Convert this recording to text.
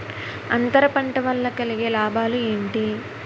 అంతర పంట వల్ల కలిగే లాభాలు ఏంటి